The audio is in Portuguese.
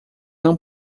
não